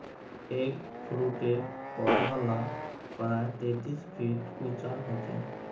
एगफ्रूटेर पौधा ला प्रायः तेतीस फीट उंचा होचे